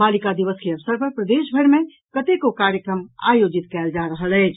बालिका दिवस के अवसर पर प्रदेशभरि मे कतेको कार्यक्रम आयोजित कयल जा रहल अछि